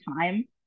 time